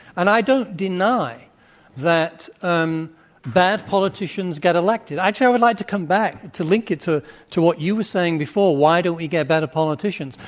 and i don't deny that um bad politicians get elected. actually, i would like to come back, to link it to to what you were saying before why don't we get better politicians?